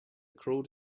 crawled